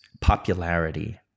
popularity